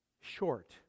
short